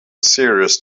serious